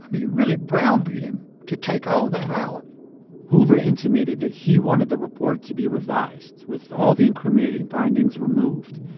um he really browbeat him to take all that out hoover intimated that he wanted the report to be revised, with all the incriminating findings removed.